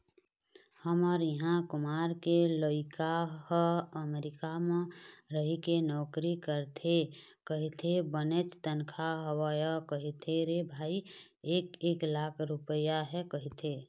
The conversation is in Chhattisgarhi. हमर इहाँ कुमार के लइका ह अमरीका म रहिके नौकरी करथे कहिथे बनेच तनखा हवय कहिथे रे भई एक एक लाख रुपइया हे कहिथे